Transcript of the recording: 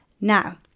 Now